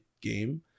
game